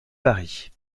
paris